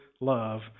love